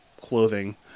clothing